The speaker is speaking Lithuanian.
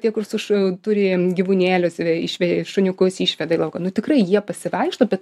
tie kur su šu turi gyvūnėlius ir išveja šuniukus išveda į lauką nu tikrai jie pasivaikšto bet